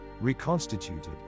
reconstituted